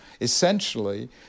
essentially